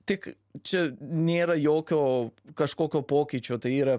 tik čia nėra jokio kažkokio pokyčio tai yra